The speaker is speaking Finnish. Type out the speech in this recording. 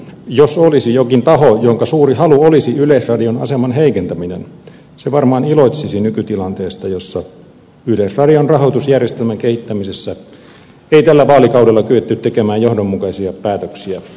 jos olisi jokin taho jonka suuri halu olisi yleisradion aseman heikentäminen se varmaan iloitsisi nykytilanteesta jossa yleisradion rahoitusjärjestelmän kehittämisessä ei tällä vaalikaudella kyetty tekemään johdonmukaisia päätöksiä